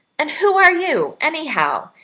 and who are you, anyhow,